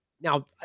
now